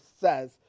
says